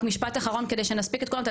רק משפט אחרון, כדי שנספיק הכול.